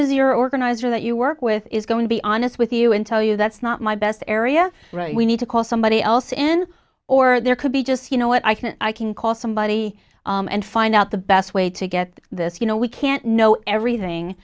as you're organizer that you work with is going to be honest with you and tell you that's not my best area we need to call somebody else in or there could be just you know what i can i can call somebody and find out the best way to get this you know we can't know everything